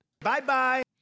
Bye-bye